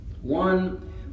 One